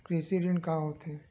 कृषि ऋण का होथे?